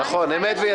אמת ויציב.